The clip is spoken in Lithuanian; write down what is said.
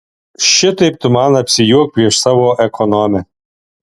šitaip tu man apsijuok prieš savo ekonomę